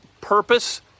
purpose